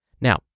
Now